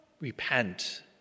Repent